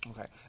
Okay